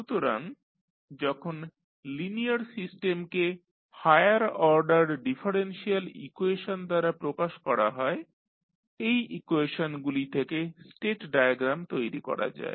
সুতরাং যখন লিনিয়ার সিস্টেমকে হায়ার অর্ডার ডিফারেন্সিয়াল ইকুয়েশন দ্বারা প্রকাশ করা হয় এই ইকুয়েশনগুলি থেকে স্টেট ডায়াগ্রাম তৈরি করা যায়